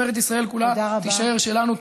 ארץ ישראל כולה תישאר שלנו.